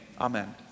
Amen